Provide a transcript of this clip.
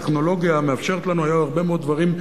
הטכנולוגיה מאפשרת לנו היום הרבה דברים,